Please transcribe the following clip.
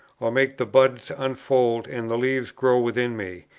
or make the buds unfold and the leaves grow within me,